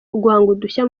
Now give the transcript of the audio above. udushya